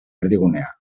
erdigunea